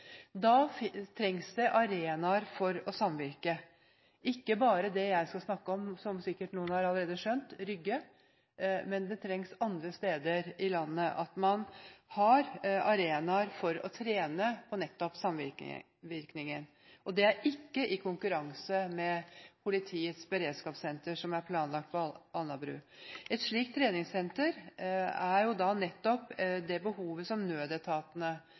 Da trengs det arenaer for å samvirke, og ikke bare på Rygge, som er det som jeg skal snakke om – som sikkert noen allerede har skjønt. Også andre steder i landet trenger man arenaer for å trene på nettopp det å samvirke – og ikke i konkurranse med det politiets beredskapssenter som er planlagt på Alnabru. Et slikt treningssenter er planlagt nettopp på bakgrunn av det behovet som nødetatene